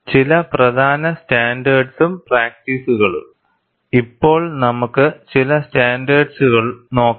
ചില പ്രധാന സ്റ്റാൻഡേർഡ്സും പ്രാക്റ്റീസുകളും ഇപ്പോൾ നമുക്ക് ചില സ്റ്റാൻഡേർഡ്സുകൾ നോക്കാം